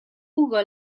ugo